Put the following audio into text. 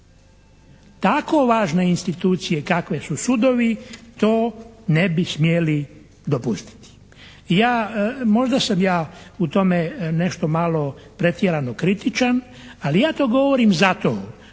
Tako važne institucije kakve su sudovi to ne bi smjeli dopustiti. I ja, možda sam ja u tome nešto malo pretjerano kritičan, ali ja to govorim zato